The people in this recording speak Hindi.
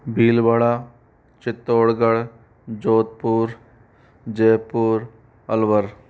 भीलवाड़ा चित्तौड़गढ़ जोधपुर जयपुर अलवर